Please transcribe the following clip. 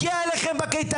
לא די,